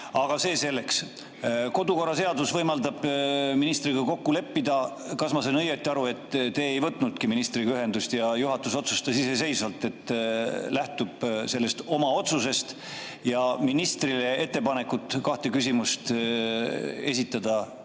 Aga see selleks. Kodukorraseadus võimaldab ministriga kokku leppida. Kas ma sain õigesti aru, et te ei võtnudki ministriga ühendust ja juhatus otsustas iseseisvalt, et lähtub sellest oma otsusest, ja ministriga ettepanekut kahte küsimust esitada